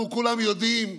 אנחנו כולנו יודעים,